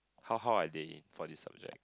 how how are they in for this subject